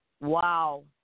Wow